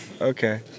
okay